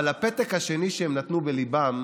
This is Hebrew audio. אבל הפתק השני, שהם נתנו בליבם,